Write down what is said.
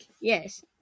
Yes